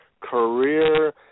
career